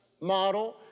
model